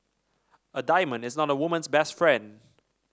a diamond is not a woman's best friend